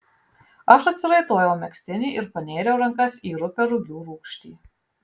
aš atsiraitojau megztinį ir panėriau rankas į rupią rugių rūgštį